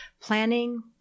planning